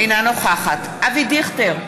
אינה נוכחת אבי דיכטר,